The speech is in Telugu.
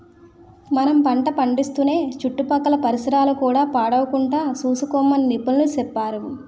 మనం పంట పండిస్తూనే చుట్టుపక్కల పరిసరాలు కూడా పాడవకుండా సూసుకోమని నిపుణులు సెప్పేరు